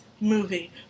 movie